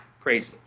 Crazy